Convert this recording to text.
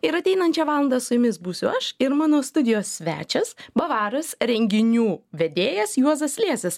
ir ateinančią valandą su jumis būsiu aš ir mano studijos svečias bavaras renginių vedėjas juozas liesis